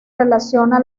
relaciona